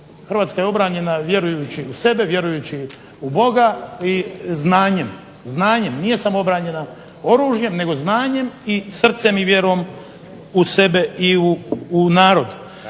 Hrvatska je obranjena vjerujući u sebe, vjerujući u Boga i znanjem. Znanjem, nije samo obranjena oružjem nego znanjem i srcem i vjerom u sebe i u narod.